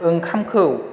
ओंखामखौ